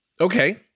Okay